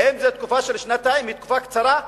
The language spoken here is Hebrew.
האם תקופה של שנתיים היא תקופה קצרה?